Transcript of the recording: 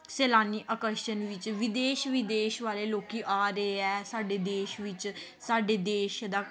ਸੈਲਾਨੀ ਆਕਰਸ਼ਣ ਵਿੱਚ ਵਿਦੇਸ਼ ਵਿਦੇਸ਼ ਵਾਲੇ ਲੋਕ ਆ ਰਹੇ ਆ ਸਾਡੇ ਦੇਸ਼ ਵਿੱਚ ਸਾਡੇ ਦੇਸ਼ ਦਾ